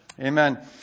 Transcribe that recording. Amen